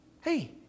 Hey